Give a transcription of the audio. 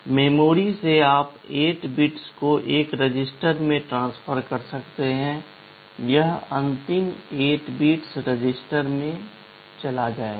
memory से आप 8 bits को एक रजिस्टर में ट्रांसफर कर सकते हैं यह अंतिम 8 बिट्स रजिस्टर में चला जाएगा